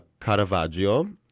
Caravaggio